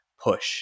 push